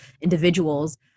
individuals